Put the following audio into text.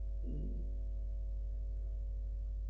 mm